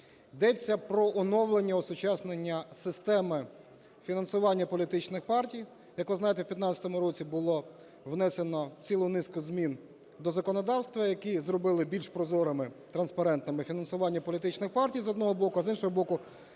Йдеться про оновлення, осучаснення системи фінансування політичних партій. Як ви знаєте, в 15-му році було внесено цілу низку змін до законодавства, які зробили більш прозорими (транспарентними) фінансування політичних партій, з одного боку; а з іншого боку,